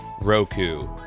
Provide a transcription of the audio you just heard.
Roku